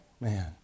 man